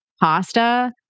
pasta